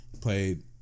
Played